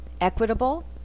Equitable